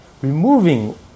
removing